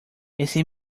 ese